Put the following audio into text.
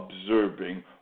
observing